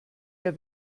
der